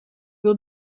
wil